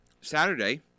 Saturday